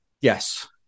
Yes